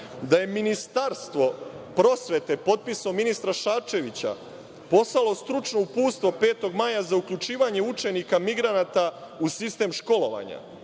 da je Ministarstvo prosvete potpisom ministra Šarčevića poslalo stručno uputstvo 5. maja za uključivanje učenika migranata u sistem školovanja.